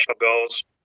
goals